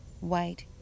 white